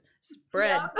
spread